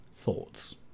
Thoughts